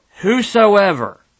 whosoever